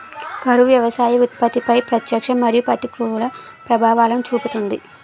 కరువు వ్యవసాయ ఉత్పత్తిపై ప్రత్యక్ష మరియు ప్రతికూల ప్రభావాలను చూపుతుంది